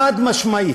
חד-משמעית.